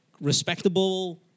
respectable